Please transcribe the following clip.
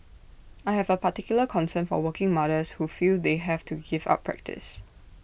I have A particular concern for working mothers who feel they have to give up practice